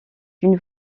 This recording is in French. une